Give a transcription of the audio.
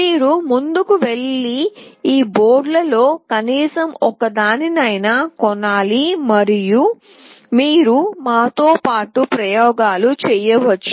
మీరు ముందుకు వెళ్లి ఈ బోర్డులలో కనీసం ఒకదానినైనా కొనాలి మరియు మీరు మాతో పాటు ప్రయోగాలు చేయవచ్చు